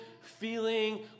feeling